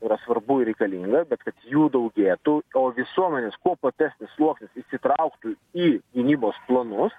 yra svarbu ir reikalinga bet kad jų daugėtų o visuomenės kuo platesnis sluoksnis įsitrauktų į gynybos planus